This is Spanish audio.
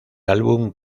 álbum